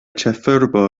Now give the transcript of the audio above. ĉefurbo